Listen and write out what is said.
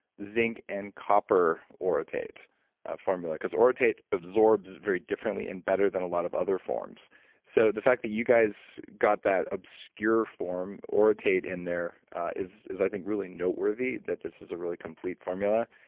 zinc and copper orotate ah formula, because orotate absorbs very differently and better than a lot of other forms so the fact that you guys got that obscure form orotate in there is is i think really noteworthy that this is a really complete formula.